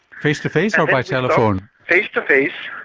face-to-face or by telephone? face-to-face,